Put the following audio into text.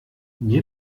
mir